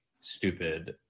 stupid